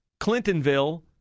Clintonville